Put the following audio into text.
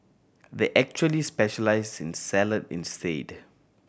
they actually specialise in salad instead